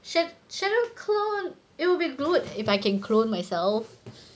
sha~ shadow clone it would be good if I can clone myself